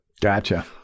gotcha